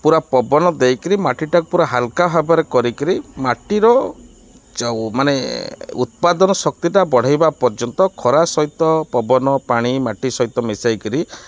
ପୁରା ପବନ ଦେଇକିରି ମାଟିଟାକୁ ପୁରା ହାଲକା ଭାବରେ କରିକିରି ମାଟିର ମାନେ ଉତ୍ପାଦନ ଶକ୍ତିଟା ବଢ଼ାଇବା ପର୍ଯ୍ୟନ୍ତ ଖରା ସହିତ ପବନ ପାଣି ମାଟି ସହିତ ମିଶାଇକିରି